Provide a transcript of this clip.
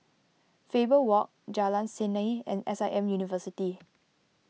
Faber Walk Jalan Seni and S I M University